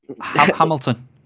Hamilton